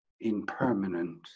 impermanent